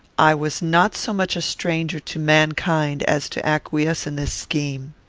i was not so much a stranger to mankind as to acquiesce in this scheme.